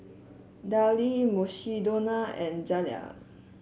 Darlie Mukshidonna and Zalia